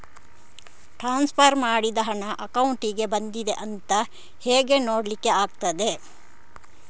Transfer ಮಾಡಿದ ಹಣ ಅಕೌಂಟಿಗೆ ಬಂದಿದೆ ಅಂತ ಹೇಗೆ ನೋಡ್ಲಿಕ್ಕೆ ಆಗ್ತದೆ?